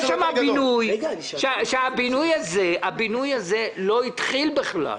יש שם בינוי, שהבינוי הזה לא התחיל בכלל.